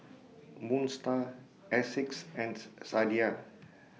Moon STAR Asics and Sadia